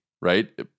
right